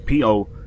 po